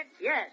Yes